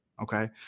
okay